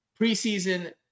preseason